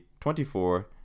24